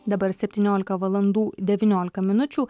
dabar septyniolika valandų devyniolika minučių